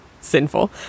sinful